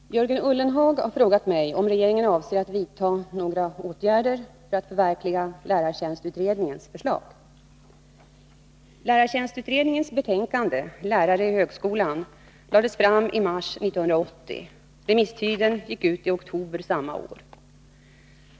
Herr talman! Jörgen Ullenhag har frågat mig om regeringen avser att vidta några åtgärder för att förverkliga lärartjänstutredningens förslag.